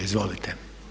Izvolite.